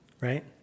right